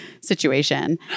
situation